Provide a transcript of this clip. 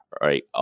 Right